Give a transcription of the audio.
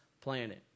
planet